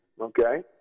Okay